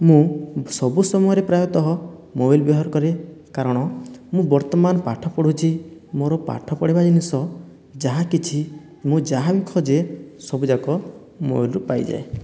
ମୁଁ ସବୁ ସମୟରେ ପ୍ରାୟତଃ ମୋବାଇଲ ବ୍ୟବହାର କରେ କାରଣ ମୁଁ ବର୍ତ୍ତମାନ ପାଠ ପଢ଼ୁଛି ମୋ'ର ପାଠ ପଢ଼ିବା ଜିନିଷ ଯାହା କିଛି ମୁଁ ଯାହା ବି ଖୋଜେ ସବୁ ଯାକ ମୋବାଇଲରୁ ପାଇଯାଏ